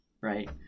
right